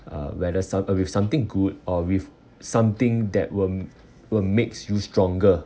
uh whether some uh with something good or with something that will will makes you stronger